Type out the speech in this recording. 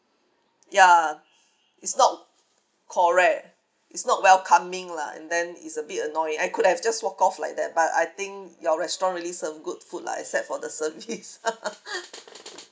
ya it's not correct it's not welcoming lah and then it's a bit annoying I could have just walk off like that but I think your restaurant really serve good food lah except for the service